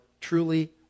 truly